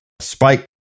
Spike